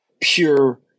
Pure